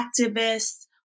activists